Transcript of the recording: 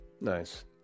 Nice